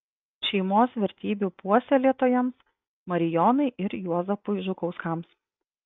šeimos vertybių puoselėtojams marijonai ir juozapui žukauskams